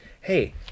hey